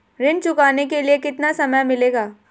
ऋण चुकाने के लिए कितना समय मिलेगा?